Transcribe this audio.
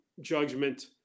judgment